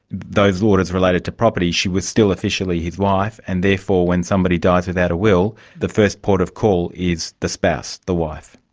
those orders related to property, she was still officially his wife, and therefore when somebody dies without a will the first port of call is the spouse, the wife.